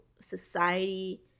society